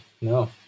no